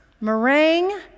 Meringue